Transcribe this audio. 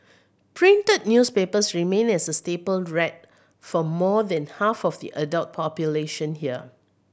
printed newspapers remain a staple read for more than half of the adult population here